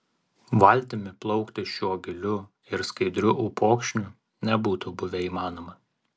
valtimi plaukti šiuo giliu ir skaidriu upokšniu nebūtų buvę įmanoma